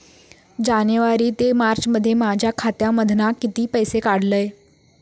जानेवारी ते मार्चमध्ये माझ्या खात्यामधना किती पैसे काढलय?